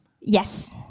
Yes